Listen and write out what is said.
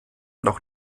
noch